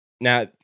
Now